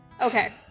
Okay